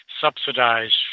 subsidized